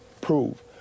prove